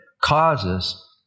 causes